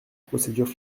procédures